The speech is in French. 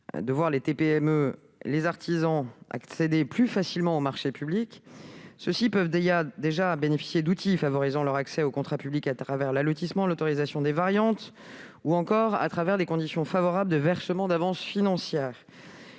de voir les TPE-PME et les artisans accéder plus facilement aux marchés publics ; ceux-ci peuvent d'ailleurs déjà bénéficier d'outils favorisant leur accès aux contrats publics grâce à l'allotissement, à l'autorisation des variantes ou encore aux conditions favorables de versement d'avances financières.